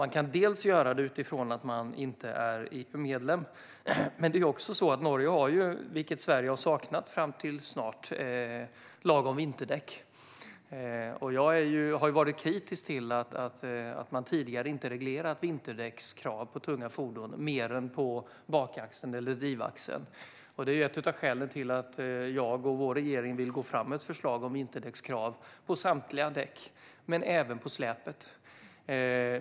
Man kan förstås göra det utifrån att man inte är medlem i EU, men det är också så att Norge har en lag om vinterdäck, vilket Sverige har saknat fram till nu, snart. Jag har ju varit kritisk till att man tidigare inte har reglerat vinterdäckskrav på tunga fordon mer än på bakaxeln eller drivaxeln. Det är ett av skälen till att jag och vår regering vill gå fram med ett förslag om vinterdäckskrav på samtliga hjul och även på släpet.